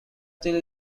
still